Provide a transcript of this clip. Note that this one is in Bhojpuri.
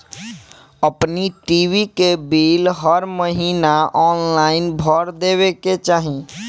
अपनी टी.वी के बिल हर महिना ऑनलाइन भर देवे के चाही